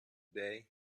day